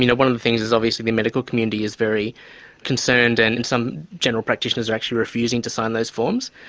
you know one of the things is obviously the medical community is very concerned and some general practitioners are actually refusing to sign those forms.